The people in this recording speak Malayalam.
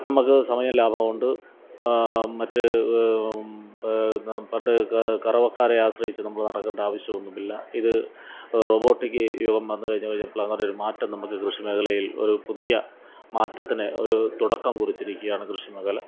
നമ്മൾക്ക് സമയം ലാഭമുണ്ട് മറ്റു എന്നാൽ പണ്ട് കറവക്കാരെ ആശ്രയിച്ചു നമ്മൾ നടക്കേണ്ട ആവശ്യമൊന്നുമില്ല ഇത് റോബോട്ടിക്ക് യുഗം വന്നു കഴിഞ്ഞു കഴിഞ്ഞപ്പോളാണ് ഒരു മാറ്റം നമ്മൾക്ക് കൃഷി മേഖലയിൽ ഒരു പുതിയ മാറ്റത്തിന് ഒരു തുടക്കം കുറിച്ചിരിക്കുകയാണ് കൃഷി മേഖല